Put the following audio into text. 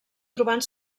trobant